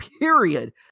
period